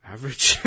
Average